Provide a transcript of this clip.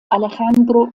alejandro